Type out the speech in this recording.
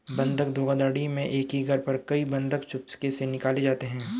बंधक धोखाधड़ी में एक ही घर पर कई बंधक चुपके से निकाले जाते हैं